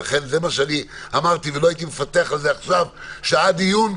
זה מה שאמרתי ולא הייתי מפתח על זה עכשיו שעה דיון.